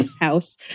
house